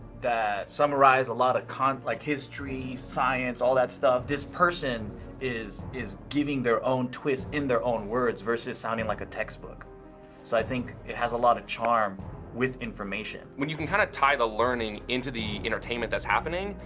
that summarize a lot of like history, science, all that stuff. this person is is giving their own twist, in their own words, versus sounding like a textbook, so i think it has a lot of charm with information. when you can kind of tie the learning into the entertainment that's happening,